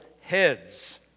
heads